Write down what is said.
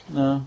no